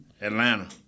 Atlanta